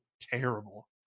terrible